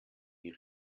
die